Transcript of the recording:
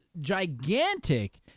gigantic